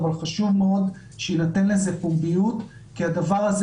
אבל חשוב מאוד שינתן לזה פומביות כי הדבר הזה